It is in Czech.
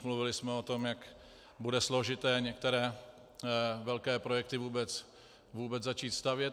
Mluvili jsme o tom, jak bude složité některé velké projekty vůbec začít stavět.